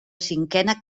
cinquena